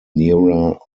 nearer